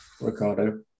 Ricardo